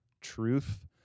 truth